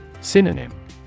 Synonym